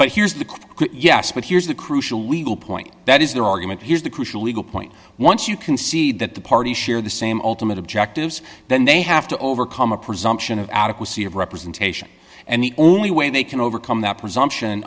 but here's the yes but here's the crucial legal point that is their argument here's the crucial legal point once you concede that the parties share the same ultimate objectives then they have to overcome a presumption of adequacy of representation and the only way they can overcome that presumption